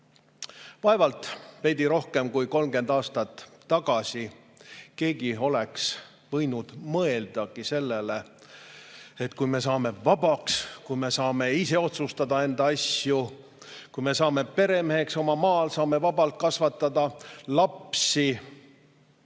keegi veidi rohkem kui 30 aastat tagasi võinud mõeldagi sellele, et kui me saame vabaks, kui me saame ise otsustada enda asju, kui me saame peremeheks oma maal, saame vabalt kasvatada lapsi,